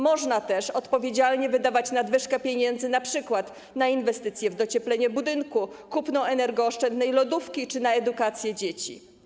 Można też odpowiedzialnie wydawać nadwyżkę pieniędzy, np. na inwestycje w docieplenie budynku, kupno energooszczędnej lodówki czy na edukację dzieci.